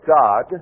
God